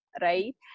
Right